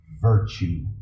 virtue